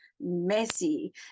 messy